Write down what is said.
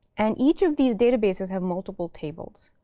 and each of these databases have multiple tables.